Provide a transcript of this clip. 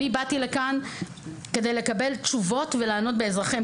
באתי לכאן כדי לקבל תשובות ולענות לאזרחים.